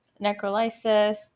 necrolysis